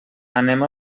anem